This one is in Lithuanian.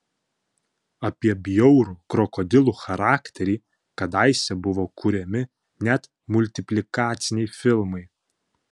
apie bjaurų krokodilų charakterį kadaise buvo kuriami net multiplikaciniai filmai